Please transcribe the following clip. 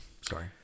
Sorry